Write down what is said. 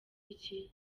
iki